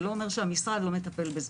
זה לא אומר שהמשרד לא מטפל בזה.